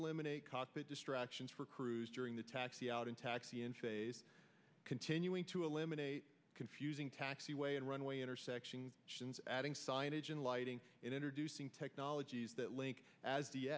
eliminate cockpit distractions for crews during the taxi out in taxi in phase continuing to eliminate confusing taxiway and runway intersection adding signage and lighting and introducing technologies that link as t